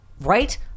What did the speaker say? Right